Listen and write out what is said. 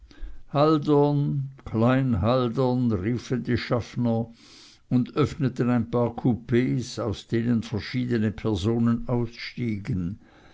haldern klein haldern riefen die schaffner und öffneten ein paar coups aus denen verschiedene personen ausstiegen